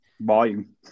volume